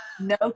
No